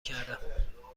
کردم